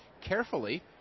carefully